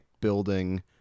building